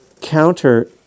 counter